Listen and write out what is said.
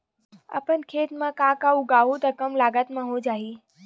अपन खेत म का का उगांहु त कम लागत म हो जाही?